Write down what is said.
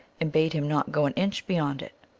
and bade him not go an inch beyond it.